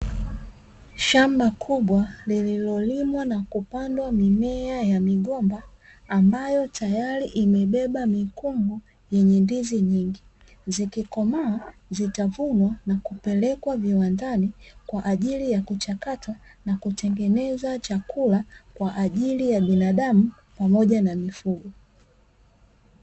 Shamba kubwa lililolimwa na kupandwa mimea ya migomba, ambayo tayari imebeba mikungu yenye ndizi nyingi, zikikomaa zitavunwa na kupelekwa viwandani kwa ajili ya kuchakata na kutengeneza chakula kwa ajili ya binadamu pamoja na mifugo.